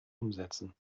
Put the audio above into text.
umsetzen